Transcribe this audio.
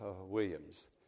Williams